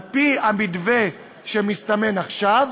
על-פי המתווה שמסתמן עכשיו,